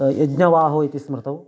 यज्ञवाहौ इति स्मृतौ